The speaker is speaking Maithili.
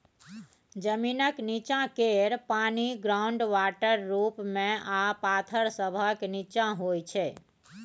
जमीनक नींच्चाँ केर पानि ग्राउंड वाटर रुप मे आ पाथर सभक नींच्चाँ होइ छै